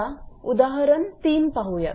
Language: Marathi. आता उदाहरण 3 पाहूया